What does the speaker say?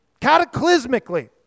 cataclysmically